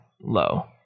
Low